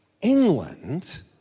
England